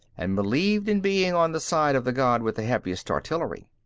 and believed in being on the side of the god with the heaviest artillery.